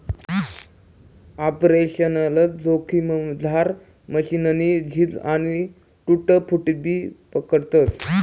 operational जोखिममझार मशीननी झीज आणि टूट फूटबी पकडतस